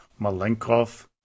Malenkov